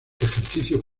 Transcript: ejercicio